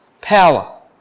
power